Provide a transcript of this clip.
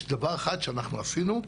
יש דבר אחד שאנחנו עשינו.